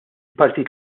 partit